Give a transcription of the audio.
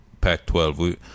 Pac-12